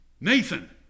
Nathan